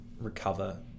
recover